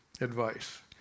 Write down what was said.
advice